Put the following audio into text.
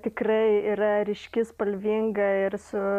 tikrai yra ryški spalvinga ir su